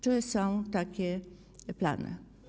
Czy są takie plany?